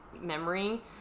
memory